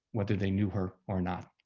whether they knew her or not.